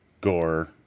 gore